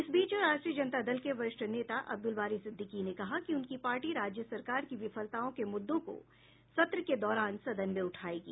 इस बीच राष्ट्रीय जनता दल के वरिष्ठ नेता अब्दुल बारी सिद्दिकी ने कहा कि उनकी पार्टी राज्य सरकार की विफलताओं के मुद्दों को सत्र के दौरान सदन में उठायेगी